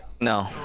no